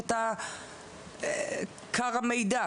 כר המידע,